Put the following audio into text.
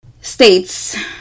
states